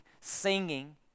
singing